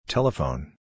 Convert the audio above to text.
Telephone